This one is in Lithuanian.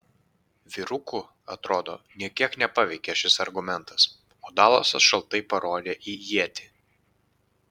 vyrukų atrodo nė kiek nepaveikė šis argumentas o dalasas šaltai parodė į ietį